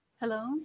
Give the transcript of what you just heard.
Hello